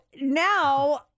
now